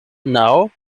naŭ